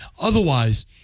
Otherwise